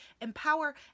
empower